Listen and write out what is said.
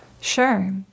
Sure